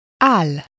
Al